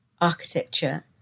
architecture